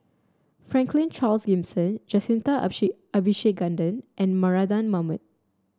Franklin Charles Gimson Jacintha Abisheganaden and Mardan Mamat